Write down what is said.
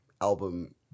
album